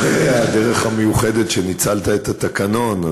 אחרי הדרך המיוחדת שבה ניצלת את התקנון,